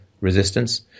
resistance